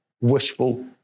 wishful